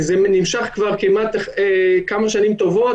זה נמשך כמה שנים טובות,